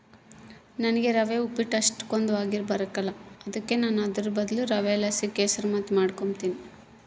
ನನಿಗೆ ರವೆ ಉಪ್ಪಿಟ್ಟು ಅಷ್ಟಕೊಂದ್ ಆಗಿಬರಕಲ್ಲ ಅದುಕ ನಾನು ಅದುರ್ ಬದ್ಲು ರವೆಲಾಸಿ ಕೆಸುರ್ಮಾತ್ ಮಾಡಿಕೆಂಬ್ತೀನಿ